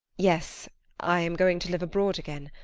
yes i am going to live abroad again.